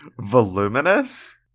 voluminous